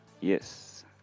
Yes